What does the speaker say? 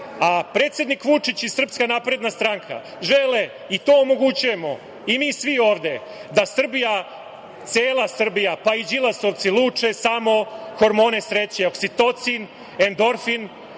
a predsednik Vučić i SNS žele i to omogućujemo i svi mi ovde da Srbija, cela Srbija, pa i Đilasovci luče samo hormone sreće, oksitocin, endorfin,